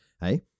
Hey